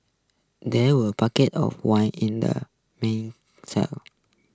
there were bucket of wine in the main cellar